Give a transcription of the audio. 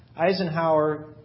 Eisenhower